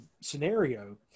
scenario